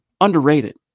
underrated